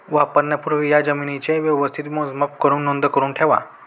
वापरण्यापूर्वी या जमीनेचे व्यवस्थित मोजमाप करुन नोंद करुन ठेवा